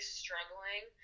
struggling